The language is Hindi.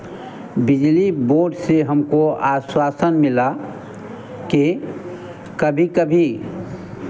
बिजली बोर्ड से हमको आश्वासन मिला कि कभी कभी